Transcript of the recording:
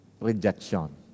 rejection